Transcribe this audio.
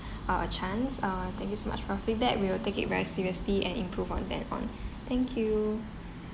uh a chance uh thank you so much for your feedback we will take it very seriously and improve from then on thank you